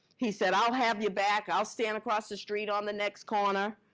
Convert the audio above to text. he said, i'll have your back, i'll stand across the street on the next corner.